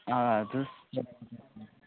ആ അത്